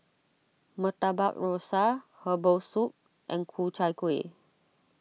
Murtabak Rusa Herbal Soup and Ku Chai Kuih